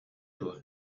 дуо